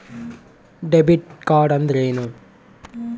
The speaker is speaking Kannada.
ಡೆಬಿಟ್ ಕಾರ್ಡ್ ಅಂದ್ರೇನು?